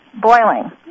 boiling